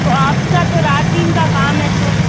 तो आपका तो रात दिन का काम है तो